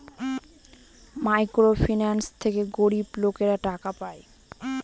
micro finance থেকে গরিব লোকেরা টাকা পায়